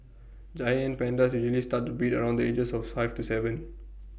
giant pandas usually start to breed around the ages of five to Seven